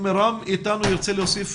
אם רם איתנו, ירצה להוסיף